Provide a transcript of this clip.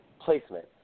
placement